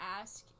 ask